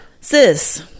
sis